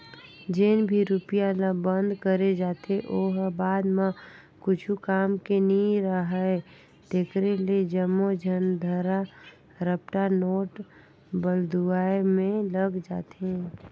जेन भी रूपिया ल बंद करे जाथे ओ ह बाद म कुछु काम के नी राहय तेकरे ले जम्मो झन धरा रपटा नोट बलदुवाए में लग जाथे